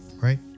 Right